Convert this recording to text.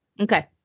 Okay